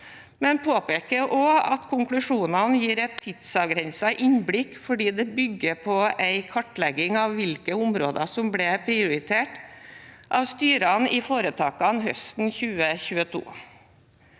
men påpeker også at konklusjonene gir et tidsavgrenset innblikk fordi det bygger på en kartlegging av hvilke områder som ble prioritert av styrene i foretakene høsten 2022.